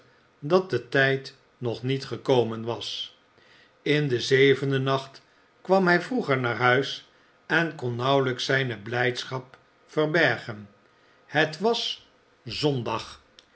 dat de tijd nog niet gekomen was in den zevenden nacht kwam hij vroeger naar huis en kon nauwelijks zijne blijdschap verbergen het was zondag